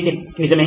నితిన్ నిజమే